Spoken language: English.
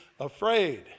afraid